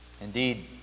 Indeed